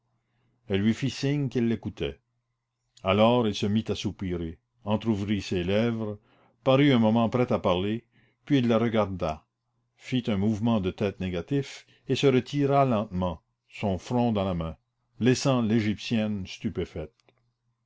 elle lui fit signe qu'elle l'écoutait alors il se mit à soupirer entr'ouvrit ses lèvres parut un moment prêt à parler puis il la regarda fit un mouvement de tête négatif et se retira lentement son front dans la main laissant l'égyptienne stupéfaite